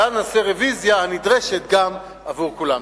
ואז נעשה את הרוויזיה הנדרשת גם עבור כולם.